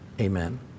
Amen